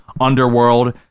Underworld